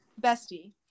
bestie